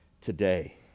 Today